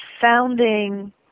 founding